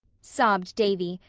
sobbed davy,